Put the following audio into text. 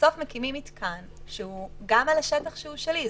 ובסוף מקימים מתקן שהוא גם על השטח שהוא שלי.